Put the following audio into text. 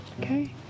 okay